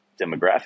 demographic